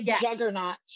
juggernaut